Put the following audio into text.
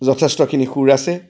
যথেষ্টখিনি সুৰ আছে